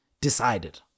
decided